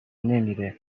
نمیره